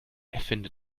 erfinde